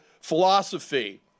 philosophy